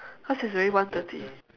cause it's already one thirty